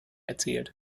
erzielt